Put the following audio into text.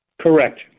Correct